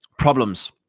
problems